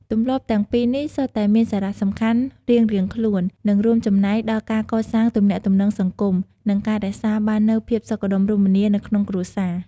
ទម្លាប់ទាំងពីរនេះសុទ្ធតែមានសារៈសំខាន់រៀងៗខ្លួន និងរួមចំណែកដល់ការកសាងទំនាក់ទំនងសង្គម និងការរក្សាបាននូវភាពសុខដុមរមនានៅក្នុងគ្រួសារ។